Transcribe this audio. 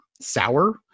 sour